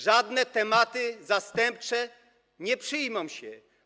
Żadne tematy zastępcze nie przyjmą się.